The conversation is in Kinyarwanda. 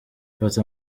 fata